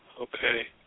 Okay